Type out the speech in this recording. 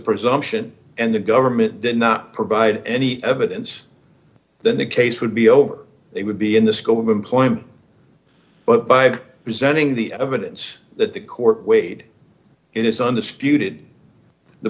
presumption and the government did not provide any evidence then the case would be over they would be in the scope of employment but by presenting the evidence that the court weighed in is